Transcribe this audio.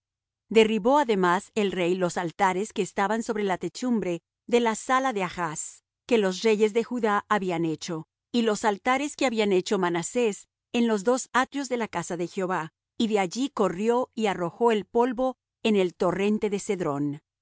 derribó además el rey los altares que estaban sobre la techumbre de la sala de achz que los reyes de judá habían hecho y los altares que había hecho manasés en los dos atrios de la casa de jehová y de allí corrió y arrojó el polvo en el torrente de cedrón